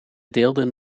deelden